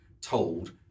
told